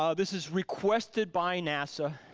um this is requested by nasa.